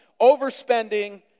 overspending